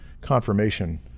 confirmation